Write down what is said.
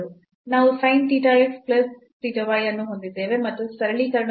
ನಾವು sin theta x plus theta y ಅನ್ನು ಹೊಂದಿದ್ದೇವೆ ಮತ್ತು ಸರಳೀಕರಣದ ನಂತರ